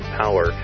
power